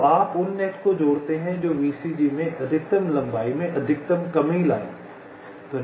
तो आप उन नेट को जोड़ते हैं जो VCG में अधिकतम लंबाई में अधिकतम कमी लाएंगे